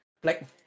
black